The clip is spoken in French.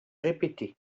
répétée